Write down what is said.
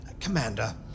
Commander